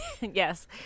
Yes